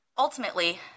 Ultimately